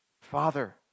Father